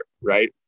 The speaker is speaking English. right